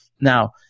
Now